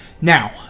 now